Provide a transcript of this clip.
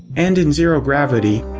and in zero gravity,